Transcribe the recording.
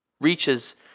reaches